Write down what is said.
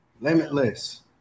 Limitless